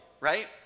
right